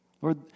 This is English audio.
Lord